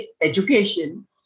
education